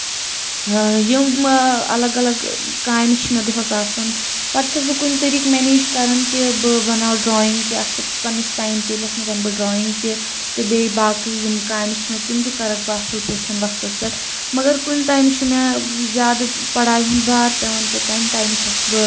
یِم الگ الگ کامہِ چھِ مےٚ دۄہَس آسان پَتہٕ چھَس بہٕ کُنہِ طٔریٖقہٕ میٚنیٚج کَران کہِ بہٕ بَناوٕ ڈرایِنٛگ تہِ اَتھ پَنٕنِس ٹایم ٹیٚبلَس منٛز اَنہٕ بہٕ ڈرایِنگ تہِ تہٕ بیٚیہِ باقٕے یِم کامہِ چھِ مےٚ تِم تہِ کرکھ بہٕ اَصٕل پٲٹھۍ وقتَس پٮ۪ٹھ مَگر کُنہِ ٹایمہٕ چُھ مےٚ زیادٕ پَڑایہِ ہُنٛد بار پیٚوان تہٕ تَمہِ ٹایمہٕ چھَس بہٕ